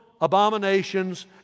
abominations